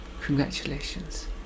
congratulations